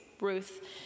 Ruth